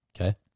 Okay